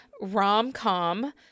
rom-com